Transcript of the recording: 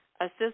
assist